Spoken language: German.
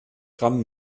gramm